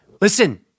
listen